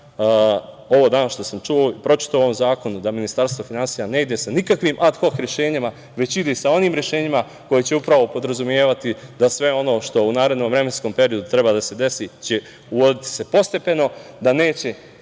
ovo danas što sam pročitao u ovom zakonu, da Ministarstvo finansija ne ide sa nikakvim ad hok rešenjima, već ide sa onim rešenjima koja će upravo podrazumevati da sve ono što u narednom vremenskom periodu treba da se desi će se uvoditi postepeno, da neće